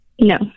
No